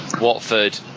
Watford